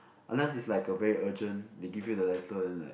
unless it's like a very urgent they give you the letter then like